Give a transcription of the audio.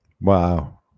wow